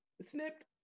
snipped